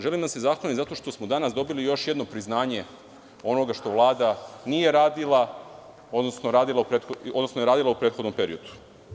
Želim da vam se zahvalim zato što smo danas dobili još jedno priznanje onoga što Vlada nije radila, odnosno onoga što je radila u prethodnom periodu.